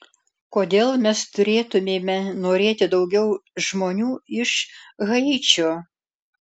kodėl mes turėtumėme norėti daugiau žmonių iš haičio